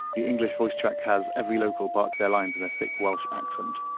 the english voice track has every local bark their lines in a thick welsh accent.